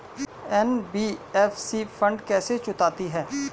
NBFC fund कैसे जुटाती है?